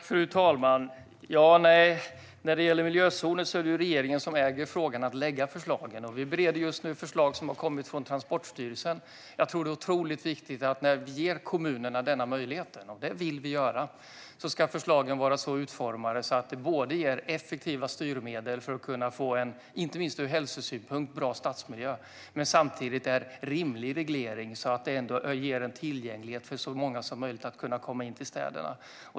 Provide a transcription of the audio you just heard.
Fru talman! När det gäller miljözoner är det regeringen som äger frågan och kan lägga fram förslagen. Vi bereder just nu förslag som har kommit från Transportstyrelsen. När vi ger kommunerna denna möjlighet, och det vill vi göra, tror jag att det är otroligt viktigt att förslagen är så utformade att de både ger effektiva styrmedel för att kunna få en inte minst ur hälsosynpunkt bra stadsmiljö och samtidigt innebär en rimlig reglering, så att de ändå ger en tillgänglighet för så många som möjligt som vill kunna komma in i städerna.